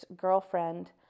girlfriend